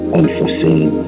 unforeseen